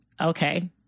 Okay